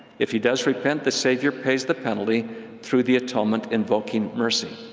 if he does repent, the savior pays the penalty through the atonement, invoking mercy.